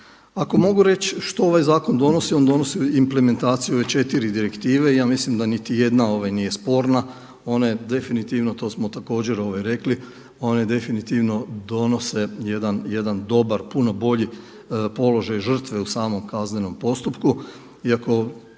Ako mogu reći što ovaj zakon donosi, on donosi implementaciju u ove četiri direktive, ja mislim da niti jedna nije sporna, ona je definitivno to smo također reli, one definitivno donose jedan dobar, puno bolji položaj žrtve u samom kaznenom postupku, iako